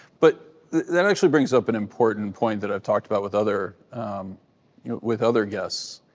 but that actually brings up an important point that i've talked about with other with other guests.